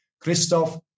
Christoph